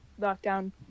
lockdown